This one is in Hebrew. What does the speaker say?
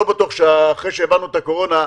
אני לא בטוח שאחרי שהבנו את הקורונה,